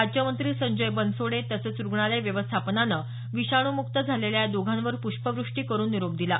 राज्यमंत्री संजय बनसोडे तसंच रुग्णालय व्यवस्थापनानं विषाणू मुक्त झालेल्या या दोघांवर पुष्पवृष्टी करून निरोप दिला